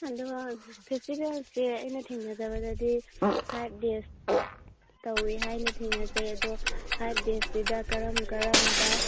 ꯑꯗꯎꯒ ꯐꯦꯁꯇꯤꯕꯦꯜꯁꯦ ꯑꯩꯅ ꯊꯦꯡꯅꯖꯕꯗꯗꯤ ꯐꯥꯏꯕ ꯗꯦꯁ ꯇꯧꯏ ꯍꯥꯏꯅ ꯊꯦꯡꯅꯖꯩ ꯑꯗꯣ ꯐꯥꯏꯕ ꯗꯦꯁꯁꯤꯗ ꯀꯔꯝ ꯀꯔꯝꯕ